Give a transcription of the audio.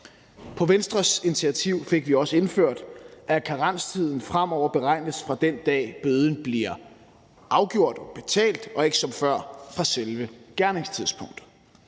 På Venstres initiativ fik vi også indført, at karenstiden fremover beregnes, fra den dag bøden bliver afgjort og betalt, og ikke som før fra selve gerningstidspunktet.